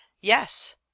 yes